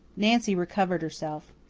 nancy recovered herself.